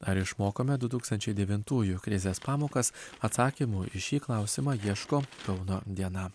ar išmokome du tūkstančiai devintųjų krizės pamokas atsakymų į šį klausimą ieško kauno diena